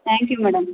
thank you madam